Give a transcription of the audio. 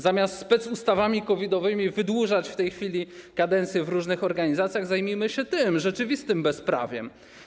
Zamiast specustawami COVID-owymi wydłużać w tej chwili kadencje w różnych organizacjach, zajmijmy się rzeczywistym bezprawiem.